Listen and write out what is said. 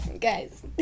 Guys